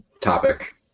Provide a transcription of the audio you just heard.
topic